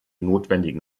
notwendigen